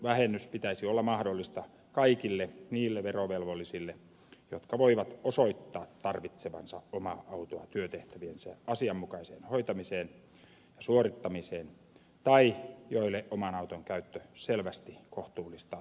matkakuluvähennys pitäisi olla mahdollista kaikille niille verovelvollisille jotka voivat osoittaa tarvitsevansa omaa autoa työtehtäviensä asianmukaiseen hoitamiseen ja suorittamiseen tai joille oman auton käyttö selvästi kohtuullistaa työmatkoihin käytettävän ajan